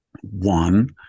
One